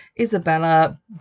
Isabella